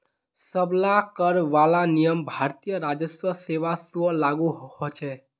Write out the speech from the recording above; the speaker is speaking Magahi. सब ला कर वाला नियम भारतीय राजस्व सेवा स्व लागू होछे